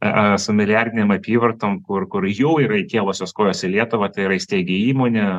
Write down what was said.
e su milijardinėm apyvartom kur kur jau yra įkėlusios kojos į lietuvą tai yra įsteigė įmonę